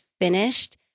finished